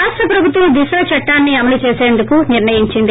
రాష్టప్రభుత్వం దిశాచట్టాన్ని అమలు చేసేందుకు నిర్ణయించింది